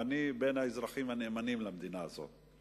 אני בין האזרחים הנאמנים למדינה הזאת.